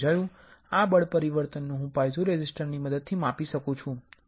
આ બળ પરિવર્તન હું પાઇઝો રેઝિસ્ટરની મદદથી માપી શકું છું